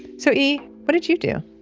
so e, what did you do?